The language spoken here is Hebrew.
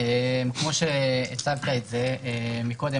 כמו שהצגת את זה מקודם,